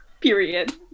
Period